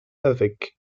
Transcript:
avec